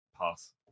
Pass